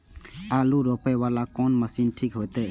आलू रोपे वाला कोन मशीन ठीक होते?